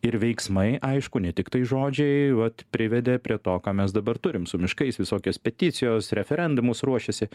ir veiksmai aišku ne tiktai žodžiai vat privedė prie to ką mes dabar turim su miškais visokios peticijos referendumus ruošiasi